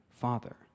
father